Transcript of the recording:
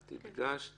את הדגשת